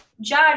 judge